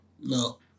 No